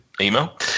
email